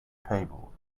table